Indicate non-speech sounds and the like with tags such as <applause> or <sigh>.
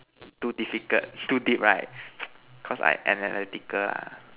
too difficult too deep right <noise> cause I analytical ah